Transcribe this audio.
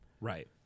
right